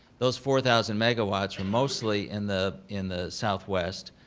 those four thousand megawatts are mostly in the in the southwest,